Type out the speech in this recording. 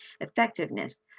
effectiveness